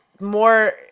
more